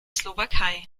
slowakei